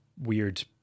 weird